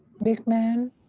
bic man,